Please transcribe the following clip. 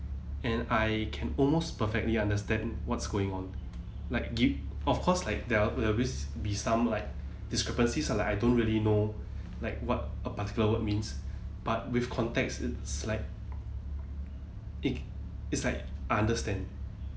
and I can almost perfectly understand what's going on like gi~ of course like there will always be some like discrepancies ah like I don't really know like what a particular word means but with context it's like it it's like I understand